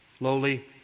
lowly